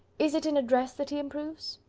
is it in address that he improves?